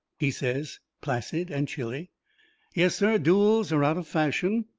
he says, placid and chilly yes, sir, duels are out of fashion.